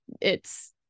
it's-